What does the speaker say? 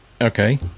Okay